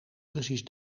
precies